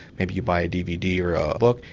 maybe you buy a dvd or a book.